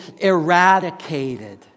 eradicated